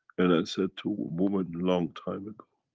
and i said to a woman long time ago.